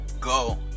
go